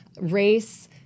race